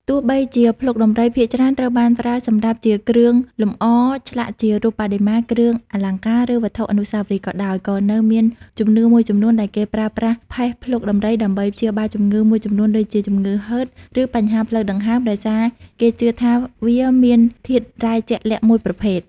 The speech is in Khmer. ទោះបីជាភ្លុកដំរីភាគច្រើនត្រូវបានប្រើសម្រាប់ជាគ្រឿងលម្អ ឆ្លាក់ជារូបបដិមា គ្រឿងអលង្ការ ឬវត្ថុអនុស្សាវរីយ៍ក៏ដោយ ក៏នៅមានជំនឿមួយចំនួនដែលគេប្រើប្រាស់ផេះភ្លុកដំរីដើម្បីព្យាបាលជំងឺមួយចំនួនដូចជា ជំងឺហឺត ឬបញ្ហាផ្លូវដង្ហើម ដោយសារគេជឿថាវាមានធាតុរ៉ែជាក់លាក់មួយប្រភេទ។